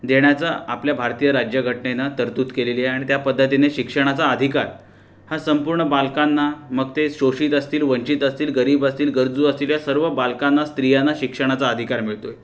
देण्याचा आपल्या भारतीय राज्यघटनेनं तरतूद केलेली आहे आणि त्या पद्धतीने शिक्षणाचा अधिकार हा संपूर्ण बालकांना मग ते शोषित असतील वंचित असतील गरीब असतील गरजू असतील या सर्व बालकांना स्त्रियांना शिक्षणाचा अधिकार मिळतो आहे